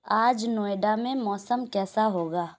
آج نوئیڈا میں موسم کیسا ہوگا